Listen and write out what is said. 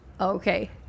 Okay